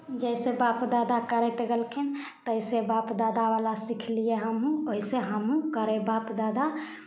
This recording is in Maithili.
जैसे बाप दादा करैत गेलखिन तैसे बाप दादावला सिखलियै हमहूँ वैसे हमहूँ करै बाप दादा